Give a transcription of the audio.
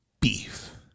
beef